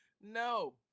No